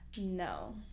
No